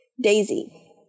Daisy